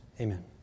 Amen